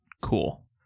Cool